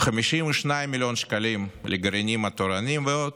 52 מיליון שקלים לגרעינים התורניים, ועוד.